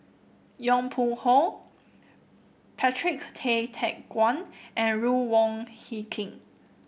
Yong Pung How Patrick Tay Teck Guan and Ruth Wong Hie King